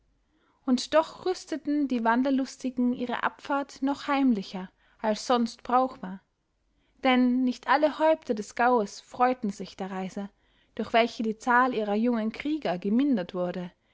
und doch rüsteten die wanderlustigen ihre abfahrt noch heimlicher als sonst brauch war denn nicht alle häupter des gaues freuten sich der reise durch welche die zahl ihrer jungen krieger gemindert wurde